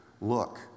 look